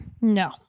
No